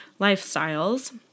lifestyles